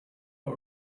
all